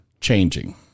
changing